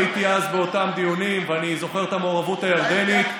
הייתי אז באותם דיונים ואני זוכר את המעורבות הירדנית.